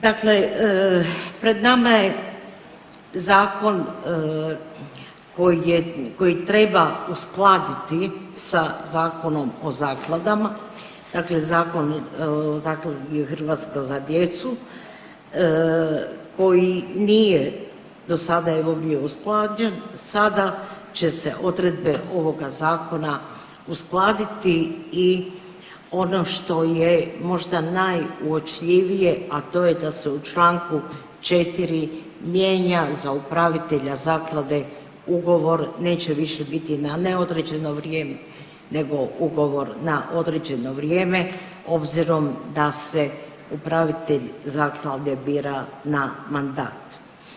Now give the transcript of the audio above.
Dakle, pred nama je zakon koji je, koji treba uskladiti sa Zakonom o zakladama, dakle Zakon o zakladi Hrvatska za djecu“ koji nije do sada evo bio usklađen, sada će se odredbe ovoga zakona uskladiti i ono što je možda najuočljivije, a to je da se u čl. 4. mijenja za upravitelja zaklade ugovor, neće više biti na neodređeno vrijeme nego ugovor na određeno vrijeme, obzirom da se upravitelj zaklade bira na mandat.